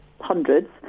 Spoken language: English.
hundreds